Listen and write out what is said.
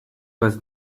was